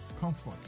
comfort